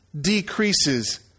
decreases